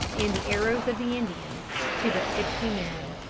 and the arrows of the indians, to but sixty men.